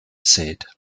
said